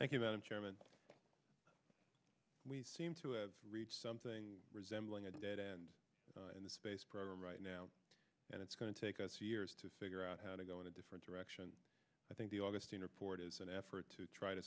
chairman we seem to have reached something resembling a dead end in the space program right now and it's going to take us years to figure out how to go in a different direction i think the augustine report is an effort to try to